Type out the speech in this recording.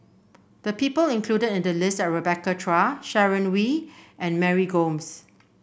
the people included in the list are Rebecca Chua Sharon Wee and Mary Gomes